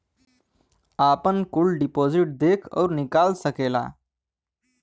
आपन कुल डिपाजिट देख अउर निकाल सकेला